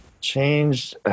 Changed